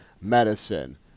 medicine